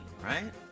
right